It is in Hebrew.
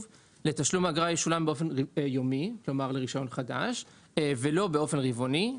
לתשלום האגרה בעבור רישיון חדש הפך ליומי במקום רבעוני,